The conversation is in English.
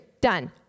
Done